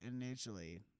initially